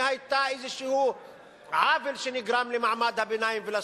שהיה איזה עוול שנגרם למעמד הביניים ולסטודנטים.